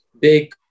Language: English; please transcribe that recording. big